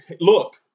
look